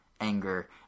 anger